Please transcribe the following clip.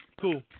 cool